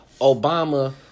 Obama